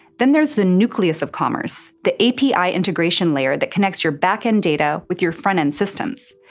then there's the nucleus of commerce, the api integration layer that connects your backend data with your front end systems.